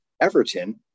Everton